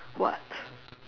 what